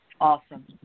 Awesome